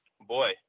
Boy